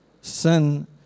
Sin